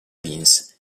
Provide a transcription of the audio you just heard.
vince